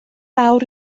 lawr